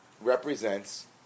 represents